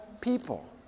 people